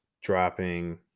dropping